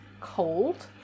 cold